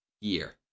year